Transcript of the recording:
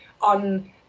on